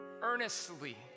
earnestly